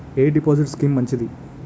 ఎ deposit scheme మంచిది?